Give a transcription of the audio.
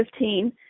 2015